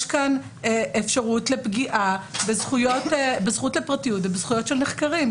כאן אפשרות לפגיעה בזכות לפרטיות ובזכויות של נחקרים,